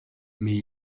mais